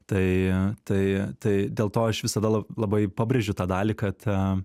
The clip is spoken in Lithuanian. tai tai tai dėl to aš visada labai pabrėžiu tą dalį kad a